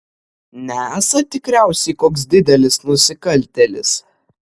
nesat tikriausiai koks didelis nusikaltėlis